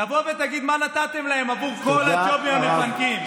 תבוא ותגיד מה נתתם להם עבור כל הג'ובים המפנקים.